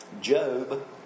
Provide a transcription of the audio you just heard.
Job